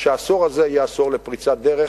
שהעשור הזה יהיה עשור של פריצת דרך,